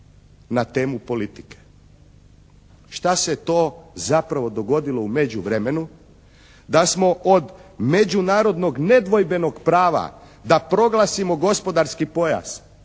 na temu politike. Šta se to zapravo dogodilo u međuvremenu da smo od međunarodnog nedvojbenog prava da proglasimo gospodarski pojas